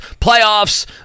playoffs